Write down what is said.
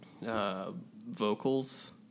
Vocals